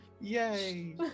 Yay